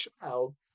child